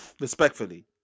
Respectfully